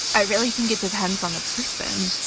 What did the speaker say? i really think it depends on the person.